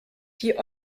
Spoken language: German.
die